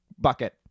bucket